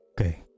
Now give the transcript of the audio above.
Okay